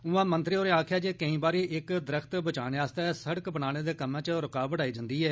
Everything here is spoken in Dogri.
उआं मंत्री होरें आक्खेया जे केंई बारी इक दरख्त बचाने आस्तै सड़क बनाने दे कम्मै च रुकावट आई जंदी ऐ